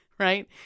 Right